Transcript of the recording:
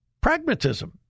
pragmatism